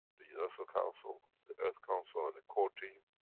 the universal council, the earth council, and the core team.